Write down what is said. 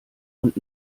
und